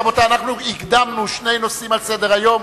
אנחנו הקדמנו שני נושאים על סדר-היום,